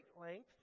length